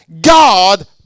God